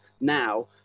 now